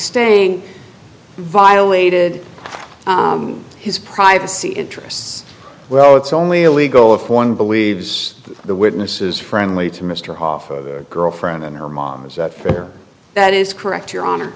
staying violated his privacy interests well it's only illegal if one believes the witness is friendly to mr hoffa girlfriend and her mom is that fair that is correct your honor